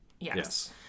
yes